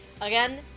Again